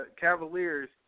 Cavaliers